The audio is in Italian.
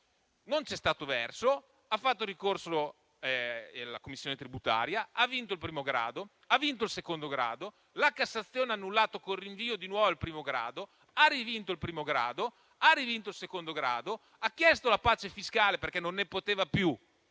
non c'è stato verso. Ha fatto ricorso alla commissione tributaria, ha vinto il primo grado e ha vinto il secondo grado. La Cassazione ha però annullato con rinvio al primo grado, ha rivinto il primo grado e ha rivinto il secondo grado. Ha chiesto la pace fiscale, perché non ne poteva più,